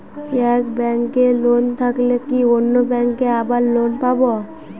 এক ব্যাঙ্কে লোন থাকলে কি অন্য ব্যাঙ্কে আবার লোন পাব?